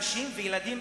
נשים וילדים,